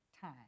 time